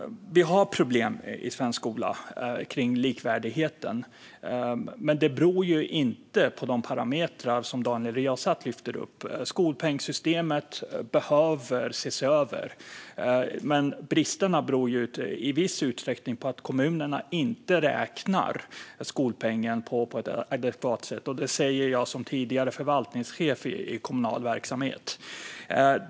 Vi har problem med likvärdigheten i svensk skola. Men de beror inte på de parametrar som Daniel Riazat lyfter fram. Skolpengssystemet behöver ses över. Men bristerna beror i viss utsträckning på att kommunerna inte räknar skolpengen på ett adekvat sätt. Det säger jag som tidigare förvaltningschef i kommunal verksamhet.